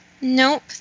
Nope